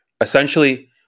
Essentially